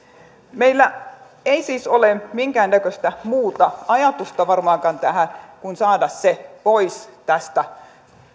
meillä ei siis ole minkäännäköistä muuta ajatusta varmaankaan tässä kuin että se saadaan pois tästä